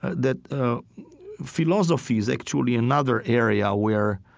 that ah philosophy is actually another area where,